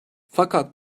fakat